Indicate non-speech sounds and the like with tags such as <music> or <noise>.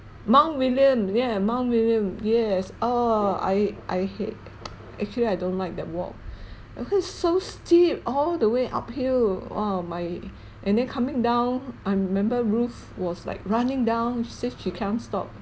mount william yeah mount william yes ah I I hate actually I don't like that walk <breath> because so steep all the way uphill oh my and then coming down I remember ruth was like running down since she can't stop